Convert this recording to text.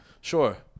Sure